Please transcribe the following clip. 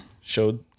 showed